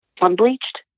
unbleached